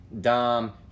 Dom